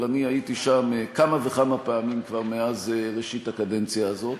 אבל אני הייתי שם כמה וכמה פעמים כבר מאז ראשית הקדנציה הזאת.